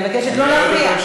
אני מבקשת לא להפריע.